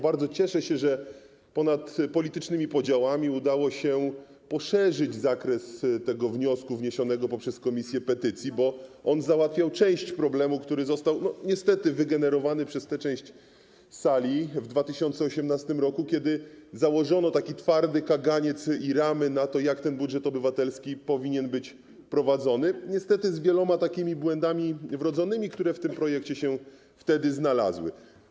Bardzo cieszę się, że ponad politycznymi podziałami udało się poszerzyć zakres wniosku wniesionego poprzez Komisję do Spraw Petycji, bo on załatwiał część problemu, który został niestety wygenerowany przez tę część sali w 2018 r., kiedy założono twardy kaganiec i ramy na to, jak budżet obywatelski powinien być prowadzony, niestety z wieloma błędami wrodzonymi, które w tym projekcie się wtedy znalazły.